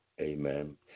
Amen